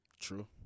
True